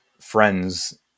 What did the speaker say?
friends